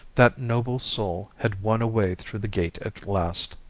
that noble soul had won a way through the gate at last.